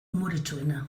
umoretsuena